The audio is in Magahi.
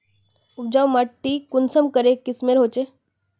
उपजाऊ माटी कुंसम करे किस्मेर होचए?